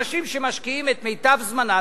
אנשים שמשקיעים את מיטב זמנם,